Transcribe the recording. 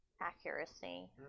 accuracy